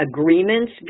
agreements